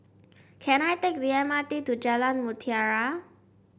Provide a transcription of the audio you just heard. can I take the M R T to Jalan Mutiara